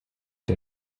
der